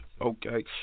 Okay